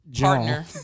partner